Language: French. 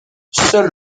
seul